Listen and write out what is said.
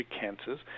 cancers